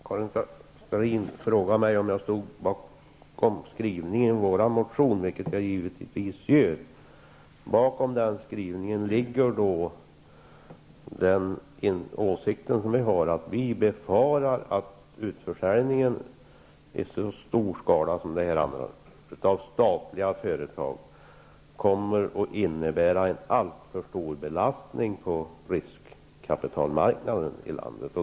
Herr talman! Karin Starrin frågade mig om jag står bakom skrivningen i vår motion, vilket jag givetvis gör. Bakom den skrivningen ligger att vi befarar att utförsäljningen av statliga företag i så stor skala som det här handlar om kommer att innebära en alltför stor belastning på riskkapitalmarknaden i landet.